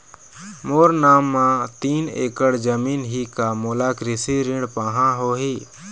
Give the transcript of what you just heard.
मोर नाम म तीन एकड़ जमीन ही का मोला कृषि ऋण पाहां होही?